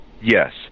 Yes